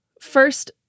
First